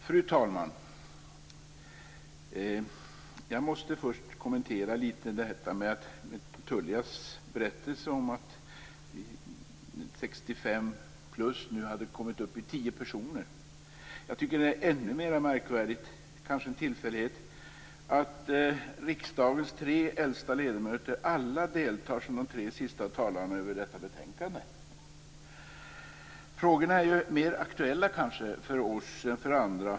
Fru talman! Jag måste först kommentera Tullia von Sydows berättelse om att gruppen 65-plus nu består av tio personer. Jag tycker att det är ännu mer märkvärdigt, men det är kanske en tillfällighet, att riksdagens tre äldsta ledamöter alla deltar som de tre sista talarna över detta betänkande. Frågorna är kanske mer aktuella för oss än för andra.